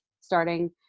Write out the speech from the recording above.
starting